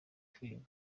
filime